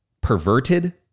perverted